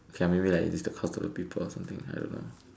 okay ah maybe like is the culture of the people or something I don't know